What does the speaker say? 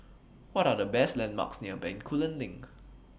What Are The landmarks near Bencoolen LINK